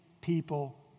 people